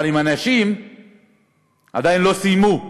אבל עם האנשים עדיין לא סיימו.